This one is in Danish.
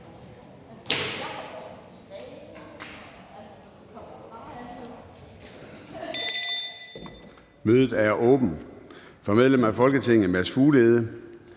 Mødet er åbnet. Fra medlem af Folketinget Mads Fuglede